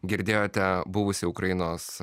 girdėjote buvusį ukrainos